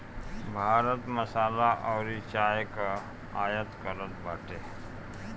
भारत मसाला अउरी चाय कअ आयत करत बाटे